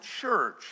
church